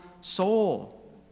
soul